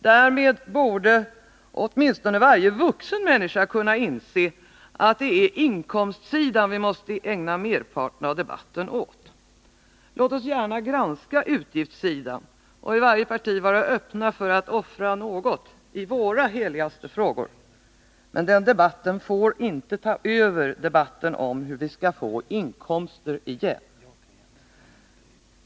Därmed borde åtminstone varje vuxen människa kunna inse att det är inkomstsidan vi måste ägna merparten av debatten åt. Låt oss gärna granska utgiftssidan och i varje parti vara öppna för att offra något i våra heligaste frågor. Men den debatten får inte ta över debatten om hur vi skall få inkomster igen.